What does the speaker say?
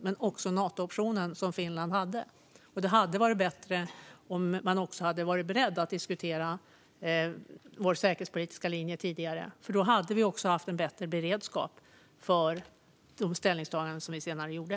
Men jag tänker också på Natooptionen, som Finland hade. Det hade varit bättre om man hade varit beredd att diskutera vår säkerhetspolitiska linje tidigare, för då hade vi haft en bättre beredskap för de ställningstaganden som vi senare gjorde.